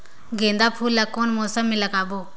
गेंदा फूल ल कौन मौसम मे लगाबो?